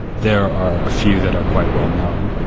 there are a few that are quite well-known,